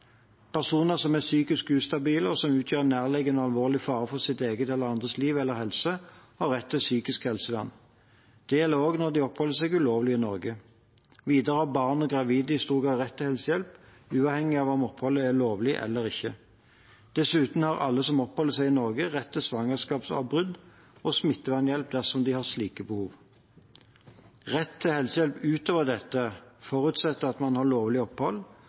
Personer som er psykisk ustabile, og som utgjør en nærliggende og alvorlig fare for sitt eget eller andres liv eller helse, har rett til psykisk helsevern. Det gjelder også når de oppholder seg ulovlig i Norge. Videre har barn og gravide i stor grad rett til helsehjelp, uavhengig av om oppholdet er lovlig eller ikke. Dessuten har alle som oppholder seg i Norge, rett til svangerskapsavbrudd og smittevernhjelp dersom de har slike behov. Rett til helsehjelp utover dette forutsetter at man har lovlig opphold,